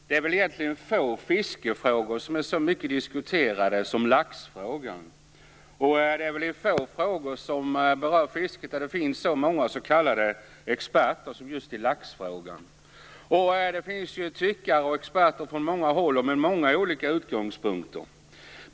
Fru talman! Det är få fiskefrågor som har diskuterats så mycket som laxfrågan. Det är också få frågor som berör fisket där det finns så många s.k. experter som just i laxfrågan. Det finns tyckare och experter från många håll och med många olika utgångspunkter.